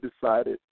decided